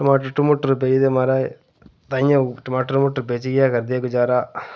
टमाटर टमूटर बेचदे महाराज ताहियें टमाटर टमूटर बेचियै गै करदे गुजारा